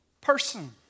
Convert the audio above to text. person